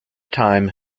time